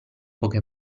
poche